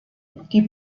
die